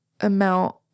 amount